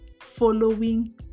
following